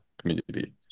community